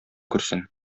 күрсен